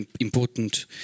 important